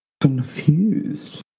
confused